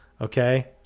Okay